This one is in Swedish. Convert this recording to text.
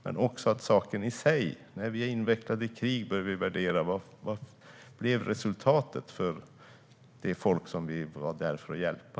Det handlar dock även om saken i sig. När vi är inblandade i krig bör vi utvärdera vad resultatet blev för det folk som vi var där för att hjälpa.